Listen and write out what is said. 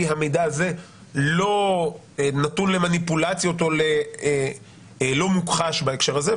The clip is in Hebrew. המידע הזה לא נתון למניפולציות או לא מוכחש בהקשר הזה,